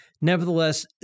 nevertheless